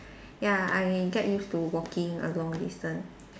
ya I get used to walking a long distance